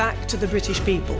back to the british people